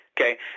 okay